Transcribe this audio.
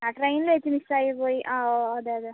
ആ ട്രെയിനിൽ വച്ച് മിസ്സായിപ്പോയി ആ അതെ അതെ